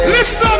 Listen